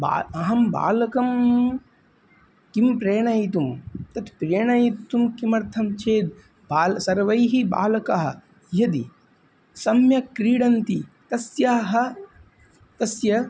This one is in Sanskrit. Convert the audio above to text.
बालः अहं बालकं किं प्रेरयितुं तत् प्रेरयितुं किमर्थं चेत् बालाः सर्वैः बालकैः यदि सम्यक् क्रीडन्ति तस्य तस्य